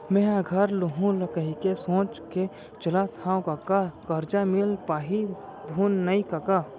मेंहा घर लुहूं कहिके सोच के चलत हँव कका करजा मिल पाही धुन नइ कका